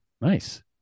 nice